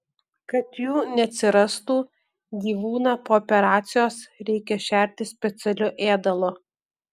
kad jų neatsirastų gyvūną po operacijos reikia šerti specialiu ėdalu